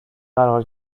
قرار